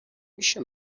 میشه